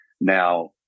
now